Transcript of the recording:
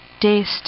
taste